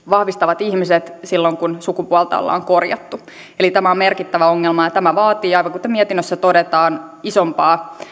vahvistavat ihmiset silloin kun sukupuolta on korjattu tämä on merkittävä ongelma ja tämä vaatii aivan kuten mietinnössä todetaan isompaa